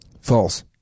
False